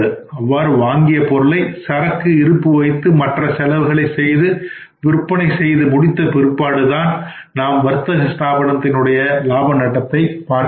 அவ்வாறு வாங்கிய பொருட்களை சரக்கு இருப்பு வைத்து மற்ற செலவுகளை செய்து விற்பனை செய்து முடிந்த பிற்பாடுதான் நாம் வர்த்தக ஸ்தாபனத்தின் லாப நட்டத்தை பார்க்கவேண்டும்